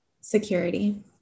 Security